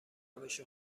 روش